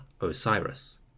Osiris